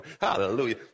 Hallelujah